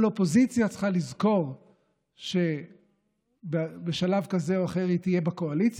אבל אופוזיציה צריכה לזכור שבשלב כזה או אחר היא תהיה בקואליציה,